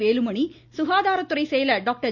வேலுமணி சுகாதாரத்துறை செயலர் டாக்டர்